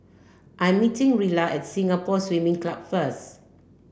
I'm meeting Rilla at Singapore Swimming Club first